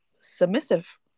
submissive